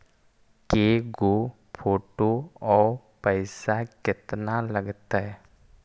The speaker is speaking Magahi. के गो फोटो औ पैसा केतना लगतै?